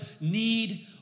need